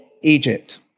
Egypt